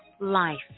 life